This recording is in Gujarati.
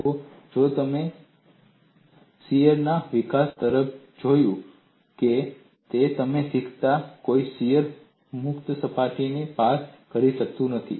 જુઓ જો તમે કાતરના વિકાસ તરફ જોયું હોત તો તમે શીખ્યા હોત કે શીયર મુક્ત સીમાને પાર કરી શકતું નથી